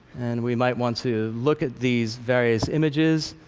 and we might want to look at these various images.